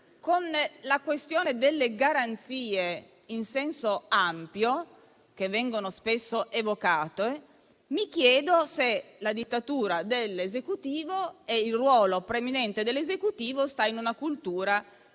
con la questione delle garanzie in senso ampio che vengono spesso evocate, mi chiedo se la dittatura dell'Esecutivo e il suo ruolo preminente stiano in una cultura delle